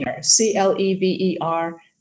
C-L-E-V-E-R